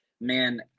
Man